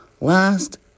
Last